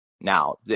Now